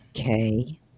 Okay